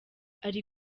ari